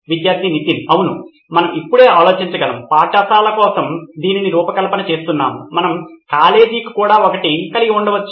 విద్యార్థి నితిన్ అవును మనం ఇప్పుడే ఆలోచించగలం పాఠశాలల కోసం దీనిని రూపకల్పన చేస్తున్నాం మనం కాలేజీకి కూడా ఒకటి కలిగి ఉండవచ్చు